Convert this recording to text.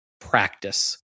practice